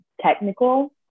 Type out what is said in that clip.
technical